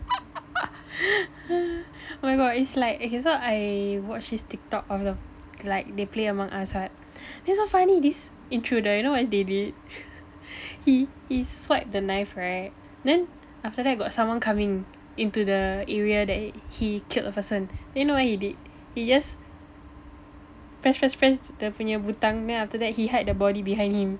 oh my god it's like okay so I watched his TikTok of the like they play Among Us right he's so funny this intruder you know what's David he he swipe the knife right then after that got someone coming into the area that he killed a person then you know what he did he just press press press dia punya butang after that he hide the body behind him